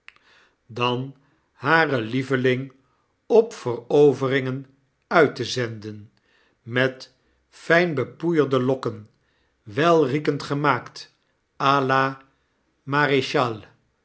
dan hare lieveling op veroveringen uit te zenden met fijn gepoeierde lokken welriekend gemaakt h la